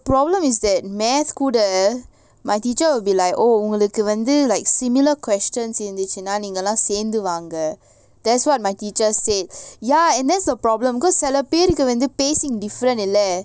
no but the problem is that math கூட:kooda my teacher will be like உங்களுக்குவந்து:ungaluku vandhu oh similar questions இருந்துச்சுன்னாநீங்கலாம்சேர்ந்துவாங்க:irunthuchuna neengalam sernthu vanga that's what my teacher said ya and that's the problem cause சிலபேருக்குவந்து:silaperuku vandhu pace is different